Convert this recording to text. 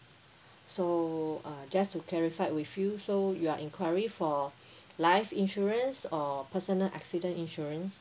so uh just to clarify with you so you are enquiring for life insurance or personal accident insurance